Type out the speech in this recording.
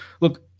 Look